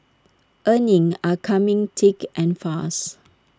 earnings are coming thick and fast